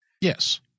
Yes